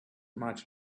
much